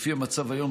לפי המצב היום,